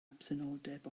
absenoldeb